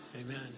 Amen